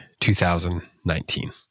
2019